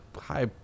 high